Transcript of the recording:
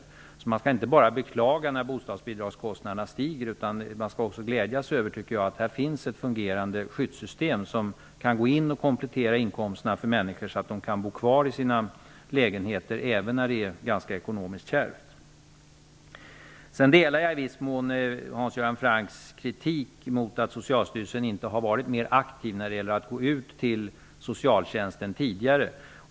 Man skall således inte bara beklaga sig när bostadsbidragskostnaderna stiger utan också, tycker jag, glädja sig åt att här finns ett fungerande skyddssystem som kan träda in och komplettera människors inkomster så att de kan bo kvar i sina lägenheter även när det är ekonomiskt ganska kärvt. I viss mån delar jag Hans Göran Francks kritik mot att Socialstyrelsen inte har varit mer aktiv när det gäller att tidigare gå ut till socialtjänsten.